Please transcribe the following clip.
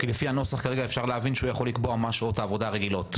כי לפי הנוסח כרגע אפשר להבין שהוא יכול לקבוע מה שעות העבודה הרגילות.